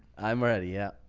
i'm ready. yep.